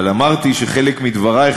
אבל אמרתי שחלק מדברייך,